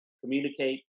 communicate